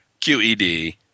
QED